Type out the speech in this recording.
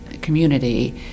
community